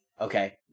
Okay